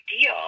deal